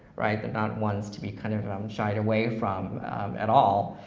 they're not ones to be kind of um and shied away from at all.